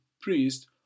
priest